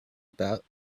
about